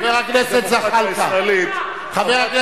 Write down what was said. בדמוקרטיה הישראלית, חבר הכנסת זחאלקה.